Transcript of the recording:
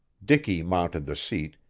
dicky mounted the seat,